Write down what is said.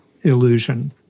illusion